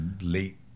late